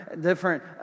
different